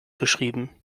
geschrieben